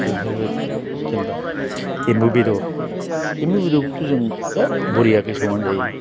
बेफोरबायदि जेनेबा एम्बु बेदर एम्बु बेदरखौबोथ' जों होत बरियाखे संनानै जायो